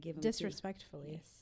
disrespectfully